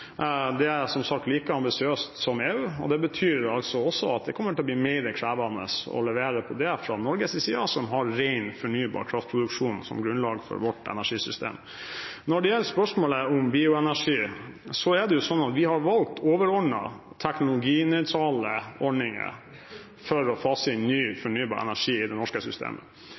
er som sagt like ambisiøse som EU, og det betyr at det kommer til å bli mer krevende å levere på det fra Norges side, som har ren fornybar kraftproduksjon som grunnlag for sitt energisystem. Når det gjelder spørsmålet om bioenergi, er det slik at vi har valgt overordnet teknologinøytrale ordninger for å fase inn ny